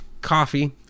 coffee